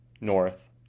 North